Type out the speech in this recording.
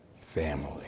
family